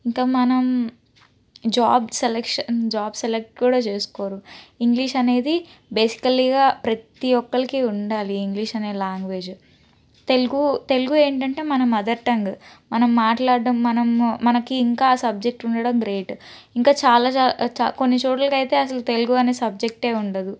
ఇంకా మనం job selection job select కూడా చేస్కోరు ఇంగ్లీష్ అనేది బేసికల్లీగా ప్రతి ఒక్కళ్ళకి ఉండాలి ఇంగ్లీష్ అనే లాంగ్వేజు తెలుగు తెలుగు ఏంటంటే మన మదర్ టంగ్ మనం మాట్లాడటం మనం మనకి ఇంకా సబ్జెక్టు ఉండడం గ్రేట్ ఇంకా చాలా చాలా కొన్ని చోట్లకైతే అసలు తెలుగు అని సబ్జెక్టే ఉండదు